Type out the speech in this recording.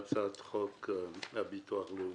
והשעה 11:34. אנחנו בהצעת חוק הביטוח הלאומי